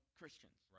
Christians